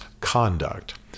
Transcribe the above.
conduct